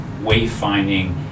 wayfinding